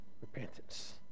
Repentance